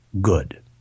good